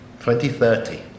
2030